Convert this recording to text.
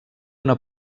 una